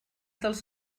dels